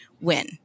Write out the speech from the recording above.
win